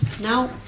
Now